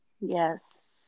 Yes